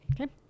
Okay